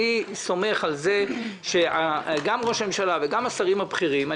אני סומך גם על ראש הממשלה וגם על השרים הבכירים.